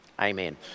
Amen